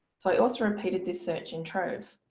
so i also repeated this search in trove.